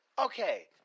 Okay